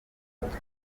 hatari